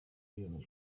ngo